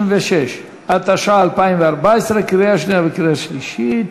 66), התשע"ה 2014, קריאה שנייה וקריאה שלישית.